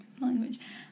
language